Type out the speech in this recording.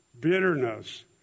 bitterness